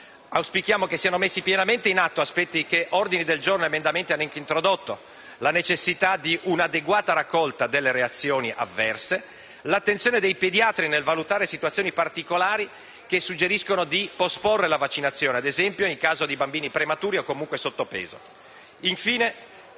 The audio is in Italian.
Auspichiamo che siano messi pienamente in atto aspetti che ordini del giorno ed emendamenti e hanno introdotto con riferimento alla necessità di un'adeguata raccolta delle reazioni avverse, all'attenzione dei pediatri nel valutare situazioni particolari che suggeriscono di posporre la vaccinazione (ad esempio, nel caso di bambini prematuri o, comunque, sottopeso).